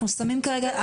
אנחנו שמים כרגע,